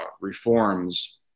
reforms